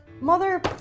Mother